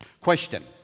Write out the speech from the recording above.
Question